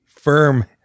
Firm